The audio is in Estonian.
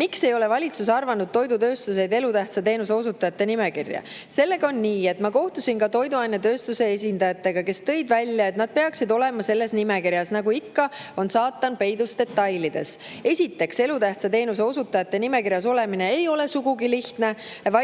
miks ei ole valitsus arvanud toidutööstusi elutähtsa teenuse osutajate nimekirja? Sellega on nii, et ma kohtusin ka toiduainetööstuse esindajatega, kes tõid välja, et nad peaksid olema selles nimekirjas. Nagu ikka, on saatan peidus detailides. Esiteks, elutähtsa teenuse osutajate nimekirjas olemine ei ole sugugi lihtne,